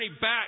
back